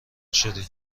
شدی